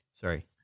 Sorry